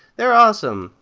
they're awesome.